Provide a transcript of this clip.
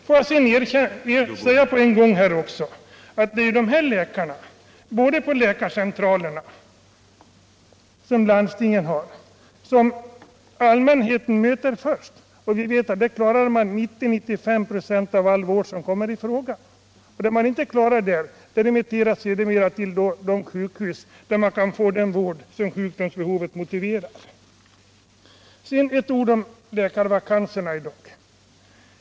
Får jag sedan säga att det är dessa läkare på landstingens läkarcentraler som allmänheten möter först. Där klarar man 90-95 96 av all vård som kommer i fråga. Det man inte klarar där remitteras sedermera till de sjukhus där patienterna kan få den vård som sjukdomen motiverar. Så några ord om läkarvakanserna i dag.